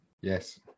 Yes